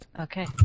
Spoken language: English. Okay